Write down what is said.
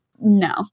no